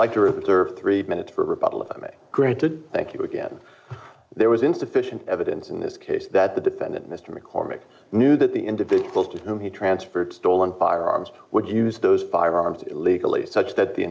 the serve three minutes per republish granted thank you again there was insufficient evidence in this case that the defendant mr mccormick knew that the individuals to whom he transferred stolen firearms would use those firearms illegally such that the